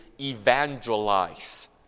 evangelize